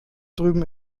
drüben